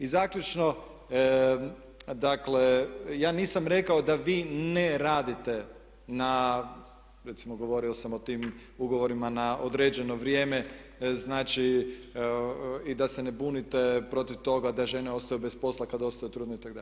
I zaključno, dakle ja nisam rekao da vi ne radite na recimo govorio sam o tim ugovorima na određeno vrijeme i da se ne bunite protiv toga da žene ostaju bez posla kad ostaju trudne itd.